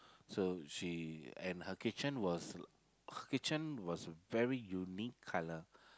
so she and her kitchen was her kitchen was very unique colour